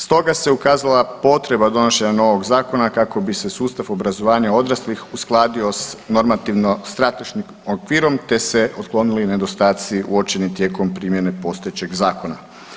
Stoga se ukazala potreba donošenja novog zakona kako bi se sustav obrazovanja odraslih uskladio s normativno strateškim okvirom te se otklonili nedostaci uočeni tijekom primjene postojećeg zakona.